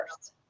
first